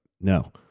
No